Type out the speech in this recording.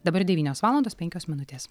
dabar devynios valandos penkios minutės